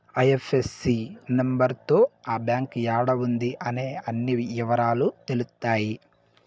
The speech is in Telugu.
ఐ.ఎఫ్.ఎస్.సి నెంబర్ తో ఆ బ్యాంక్ యాడా ఉంది అనే అన్ని ఇవరాలు తెలుత్తాయి